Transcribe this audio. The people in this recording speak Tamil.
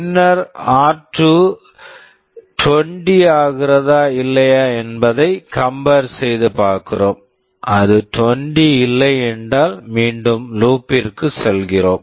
பின்னர் ஆர்2 r2 20 ஆகிறதா இல்லையா என்பதை கம்பேர் compare செய்து பார்க்கிறோம் அது 20 இல்லையென்றால் மீண்டும் லூப் loop ற்குச் செல்கிறோம்